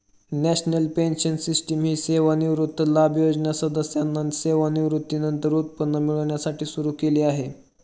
national pension system ही सेवानिवृत्ती लाभ योजना सदस्यांना सेवानिवृत्तीनंतर उत्पन्न मिळण्यासाठी सुरू केली आहे